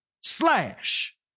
slash